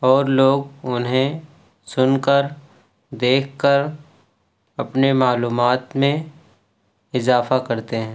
اور لوگ انہیں سن کر دیکھ کر اپنے معلومات میں اضافہ کرتے ہیں